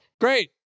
Great